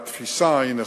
והתפיסה היא נכונה,